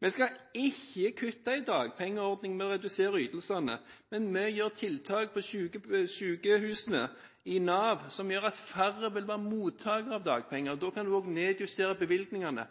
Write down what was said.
Vi skal ikke kutte i dagpengeordningen ved å redusere ytelsene, men vi gjør tiltak for sykehusene og i Nav som gjør at færre vil være mottakere av dagpenger. Da kan en også nedjustere bevilgningene.